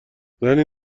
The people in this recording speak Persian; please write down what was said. زنی